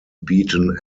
beaten